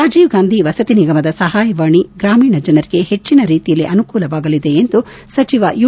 ರಾಜೀವ್ ಗಾಂಧಿ ಮಸತಿ ನಿಗಮದ ಸಹಾಯವಾಣಿ ಗ್ರಾಮೀಣ ಜನರಿಗೆ ಹೆಚ್ಚನ ರೀತಿಯಲ್ಲಿ ಅನುಕೂಲವಾಗಲಿದೆ ಎಂದು ಸಚಿವ ಯು